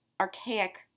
archaic